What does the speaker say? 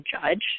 judge